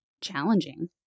challenging